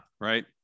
Right